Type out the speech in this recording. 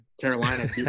Carolina